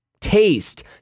taste